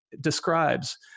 describes